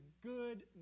good